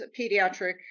pediatric